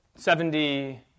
Seventy